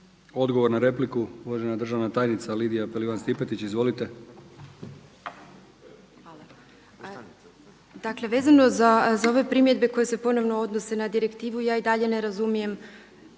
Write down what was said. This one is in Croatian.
Odgovor na repliku, uvažena državna tajnica Lidija Pelivan Stipetić. Izvolite. **Pelivan Stipetić, Lidija** Dakle, vezano za ove primjedbe koje se ponovno odnose na direktivu, ja i dalje ne razumijem